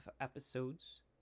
episodes